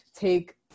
take